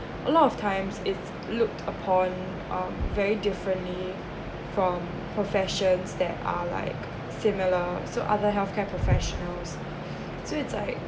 a lot of times is looked upon uh very differently from professions that are like similar so other health care professionals so it's like